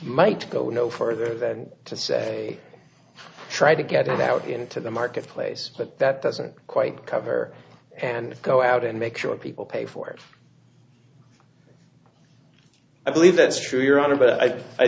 might go no further than to say try to get it out into the marketplace but that doesn't quite cover and go out and make sure people pay for it i believe that's true your honor but i